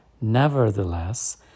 Nevertheless